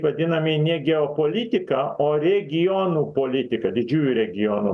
vadinami ne geopolitika o regionų politika didžiųjų regionų